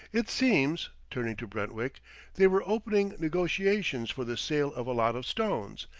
it seems, turning to brentwick they were opening negotiations for the sale of a lot of stones,